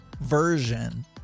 version